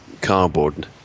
Cardboard